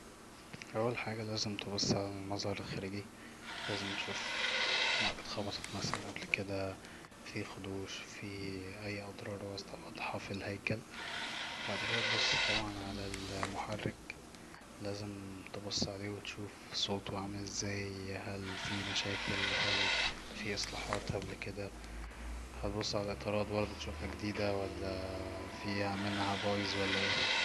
اول حاجه لازم تبص علي المظهر الخارجي لازم تشوف هي اتخبطت مثلا قبل كدا في خدوش في أي اضرار في الهيكل, بعد كدا تبص طبعا علي المحرك لازم تبص عليه وتشوف صوته عامل ازاي هل فيه مشاكل هل فيه إصلاحات قبل كدا, هتبص علي الإطارات بردو تشوفها جديده ولا فيه منها بايظ ولا ايه